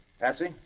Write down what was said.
Patsy